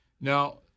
Now